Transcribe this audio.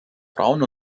frauen